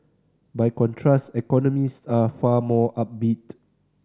by contrast economists are far more upbeat